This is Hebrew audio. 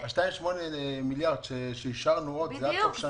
ה-2.8 מיליארד שקלים שאישרנו, זה היה בסוף שנה.